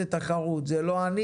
זה התחרות; זה לא אני,